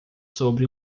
sobre